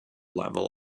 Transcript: level